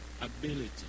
ability